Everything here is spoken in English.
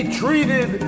treated